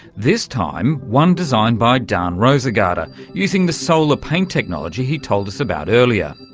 this time one designed by daan roosegarde ah using the solar paint technology he told us about earlier.